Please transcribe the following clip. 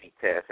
test